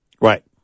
Right